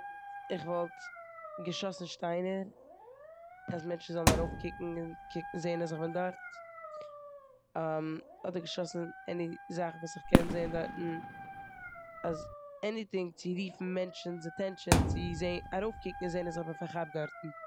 כ'וואלט געשאסן שטיינער אז מענטשן זאלן ארויפקוקן און זען אז איך בין דארט אדער געשאסן עני זאך וואס כ'קען זען דארטן אז עניטינג צו רופן מענטשן'ס עטענשין צו זע- ארויפקוקן און זען איך בין פארכאפט דארט.